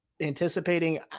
anticipating